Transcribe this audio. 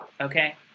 okay